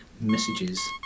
messages